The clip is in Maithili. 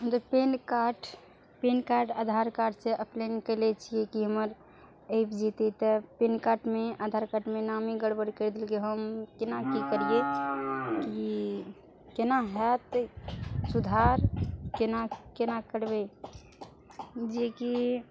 हम तऽ PAN card PAN card Aadhaar card से अप्लाइ न कयले छियै की हमर आबि जैतै तब पेन कार्डमे आधार कार्डमे नामे गड़बड़ कैरि देलकै हम केना की करियै केना होएत सुधार केना केना करबै जेकि